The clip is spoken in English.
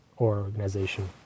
organization